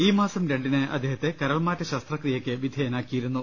ഈ മാസം രണ്ടിന് അദ്ദേഹത്തെ കരൾമാറ്റ ശസ്ത്രക്രിയയ്ക്ക് വിധേയനാക്കിയിരുന്നു